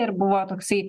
ir buvo toksai